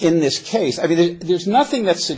in this case i think there's nothing that